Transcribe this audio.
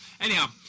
Anyhow